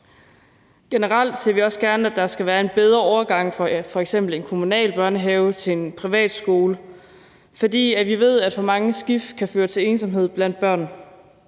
Generelt ser vi også gerne, at der skal være en bedre overgang fra f.eks. en kommunal børnehave til en privatskole, fordi vi ved, at for mange skift kan føre til ensomhed blandt børn.